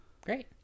Great